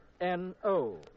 N-O